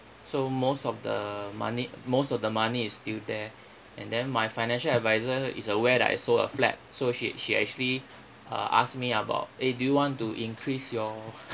so most of the money most of the money is still there and then my financial advisor is aware that I sold a flat so she she actually uh ask me about eh do you want to increase your